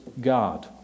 God